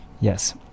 yes